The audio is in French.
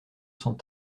sans